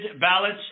ballots